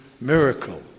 miracle